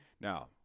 now